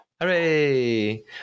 Hooray